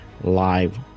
live